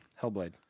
Hellblade